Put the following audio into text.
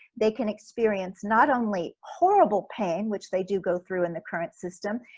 they can experience not only horrible pain, which they do go through in the current system,